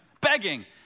begging